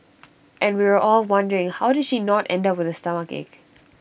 and we were all wondering how did she not end up with A stomachache